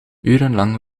urenlang